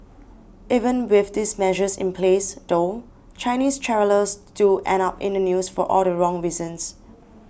even with these measures in place though Chinese travellers still end up in the news for all the wrong reasons